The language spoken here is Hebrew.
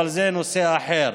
אבל זה נושא אחר.